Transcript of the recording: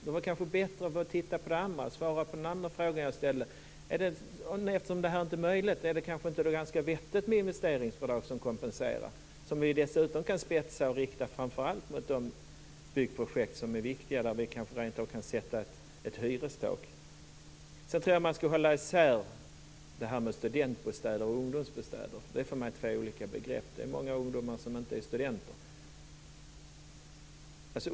Det vore kanske bättre att svara på den andra frågan jag ställde: Eftersom det här inte är möjligt, är det då inte ganska vettigt med investeringsbidrag som kompenserar? Vi kan dessutom spetsa dem och rikta dem mot framför allt de byggprojekt som är viktiga, där vi kanske rentav kan sätta ett hyrestak. Man ska nog hålla isär studentbostäder och ungdomsbostäder. Det är för mig två olika begrepp - det är många ungdomar som inte är studenter.